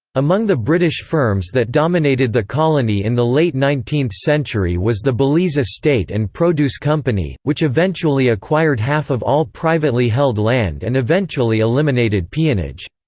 among the british firms that dominated the colony in the late nineteenth century was the belize estate and produce company, which eventually acquired half of all privately held land and eventually eliminated peonage.